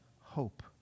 hope